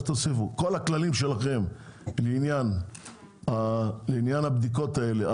כל הכללים שלכם לעניין הבדיקות האלה,